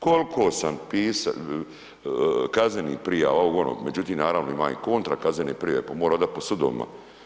Koliko sam pisao, kaznenih prijava, ovog onog, međutim naravno ima i kontra kaznene prijave pa moram hodati po sudovima.